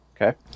Okay